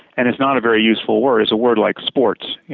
and it's not a very useful word. it's a word like sports. yeah